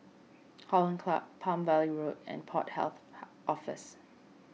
Hollandse Club Palm Valley Road and Port Health Office